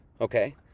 Okay